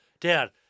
Dad